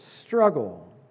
struggle